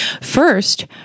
First